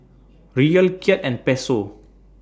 Riyal Kyat and Peso